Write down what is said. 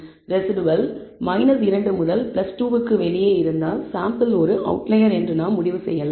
residual 2 முதல் 2 க்கு வெளியே இருந்தால் சாம்பிள் ஒரு அவுட்லயர் என்று நாம் முடிவு செய்யலாம்